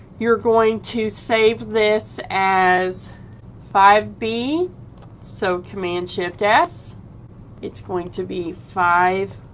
you're going to save this as five b so command-shift-f it's it's going to be five